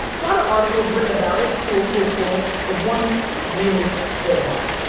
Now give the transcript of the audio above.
lot of articles written about it, cool, cool, cool, but one really stood out.